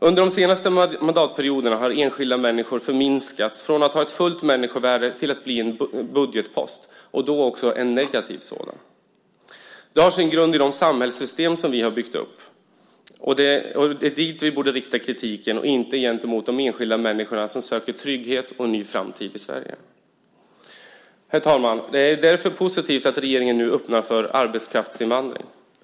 Under de senaste mandatperioderna har enskilda människor förminskats från att ha ett fullt människovärde till att bli en budgetpost och då också en negativ sådan. Det har sin grund i det samhällssystem som vi har byggt upp. Och det är mot det som vi borde rikta kritiken och inte gentemot de enskilda människorna som söker trygghet och en ny framtid i Sverige. Herr talman! Det är därför positivt att regeringen nu öppnar för arbetskraftsinvandring.